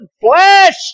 flesh